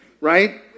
right